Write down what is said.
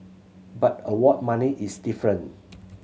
but award money is different